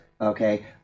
okay